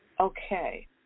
Okay